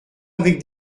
avec